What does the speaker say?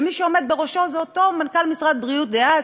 ומי שעומד בראשו זה אותו מנכ"ל משרד בריאות דאז,